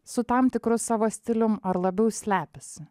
su tam tikru savo stilium ar labiau slepiasi